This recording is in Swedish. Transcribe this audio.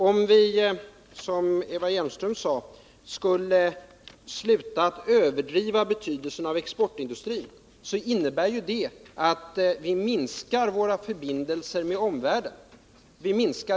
Om vi, som Eva Hjelmström sade, skulle sluta att överdriva betydelsen av exportindustrin, så innebär ju det att vi minskar våra förbindelser med omvärlden.